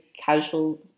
casual